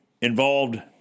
involved